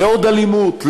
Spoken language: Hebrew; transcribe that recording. לעוד אלימות,